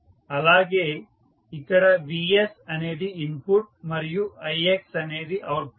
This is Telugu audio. అలాగే ఇక్కడ vs అనేది ఇన్పుట్ మరియు ix అనేది అవుట్పుట్